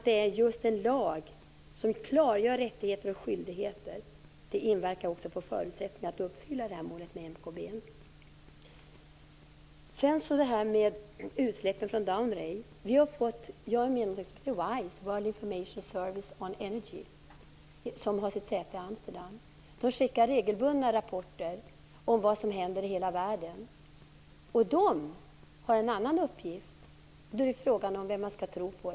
Dessutom inverkar en lag som klargör rättigheter och skyldigheter på förutsättningarna för att uppfylla Vad gäller utsläppen från Dounreay vill jag säga att jag är medlem i World Information Service on Energy, WISE, som har sitt säte i Amsterdam. Den skickar regelbundna rapporter om vad som händer i hela världen, och den lämnar en annan uppgift. Frågan är vem man skall tro på.